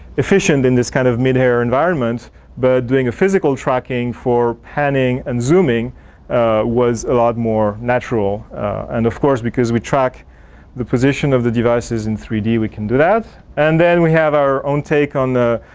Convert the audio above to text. efficient in this kind of mid air environment but doing a physical tracking for panning and zooming was a lot more natural and of course because we track the position of the devices in three d, we can do that. and then, we have our own take on the